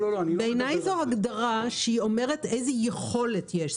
בעיניי, זאת הגדרה שאומרת איזה יכולת יש.